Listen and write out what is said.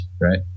right